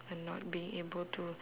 and not being able to